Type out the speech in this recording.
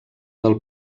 del